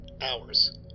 Hours